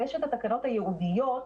ויש את התקנות הייעודיות.